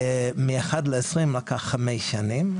מאחד ל-20 לקח חמש שנים.